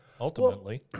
ultimately